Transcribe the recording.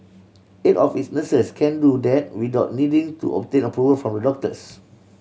eight of its nurses can do that without needing to obtain approval from the doctors